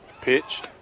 Pitch